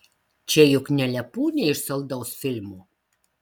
čia juk ne lepūnė iš saldaus filmo